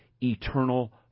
eternal